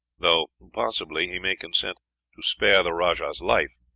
though possibly he may consent to spare the rajah's life,